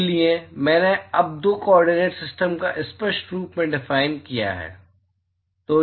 इसलिए मैंने अब दो कोर्डिनेट सिस्टम को स्पष्ट रूप से डिफाइन किया है